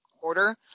quarter